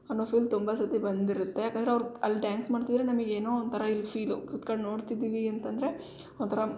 ಅನ್ನೋ ಫೀಲ್ ತುಂಬ ಸರ್ತಿ ಬಂದಿರುತ್ತೆ ಯಾಕಂದರೆ ಅವ್ರು ಅಲ್ಲಿ ಡ್ಯಾನ್ಸ್ ಮಾಡ್ತಿದ್ರೆ ನಮಗ್ ಏನೋ ಒಂಥರ ಇಲ್ಲಿ ಫೀಲು ಕುತ್ಕಂಡು ನೋಡ್ತಿದ್ದೀವಿ ಅಂತಂದರೆ ಒಂಥರ